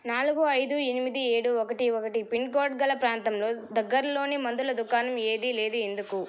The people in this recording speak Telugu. నాలుగు ఐదు ఎనిమిది ఏడు ఒకటి ఒకటి పిన్ కోడ్ గల ప్రాంతంలో దగ్గరలోని మందుల దుకాణం ఏదీ లేదు ఎందుకు